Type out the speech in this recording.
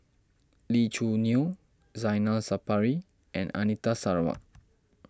Lee Choo Neo Zainal Sapari and Anita Sarawak